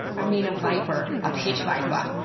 i mean a viper, a pit viper.